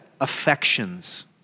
affections